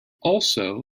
also